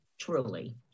Truly